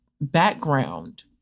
background